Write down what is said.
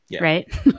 Right